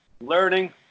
learning